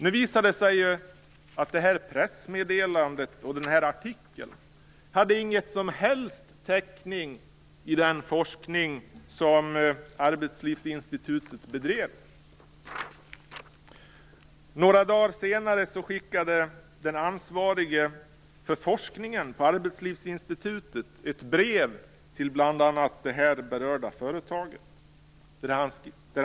Det visade sig att detta pressmeddelande och denna artikel inte hade någon som helst täckning i den forskning som Arbetslivsinstitutet bedrev. Några dagar senare skickade den ansvarige för forskningen på Arbetslivsinstitutet ett brev till bl.a. det här berörda företaget.